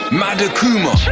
madakuma